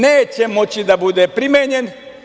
Neće moći da bude primenjen.